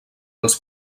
els